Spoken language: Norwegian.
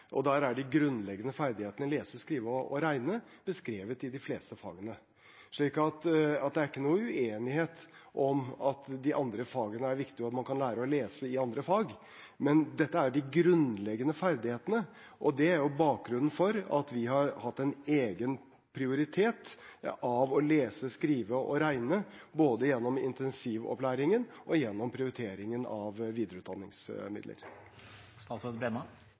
og der er de grunnleggende ferdighetene å lese, å skrive og å regne beskrevet i de fleste fagene. Så det er ingen uenighet om at de andre fagene er viktige, og at man kan lære å lese i andre fag. Men dette er de grunnleggende ferdighetene, og det er bakgrunnen for at vi har hatt en egen prioritet av å lese, skrive og regne, både gjennom intensivopplæringen og gjennom prioriteringen av videreutdanningsmidler.